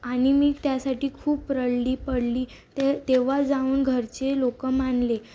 आणि मी त्यासाठी खूप रडली पडली ते तेव्हा जाऊन घरचे लोकं मानले